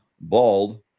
Bald